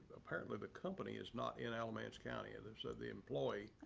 apparently the company is not in alamance county either. so the employee,